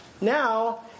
Now